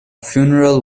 funeral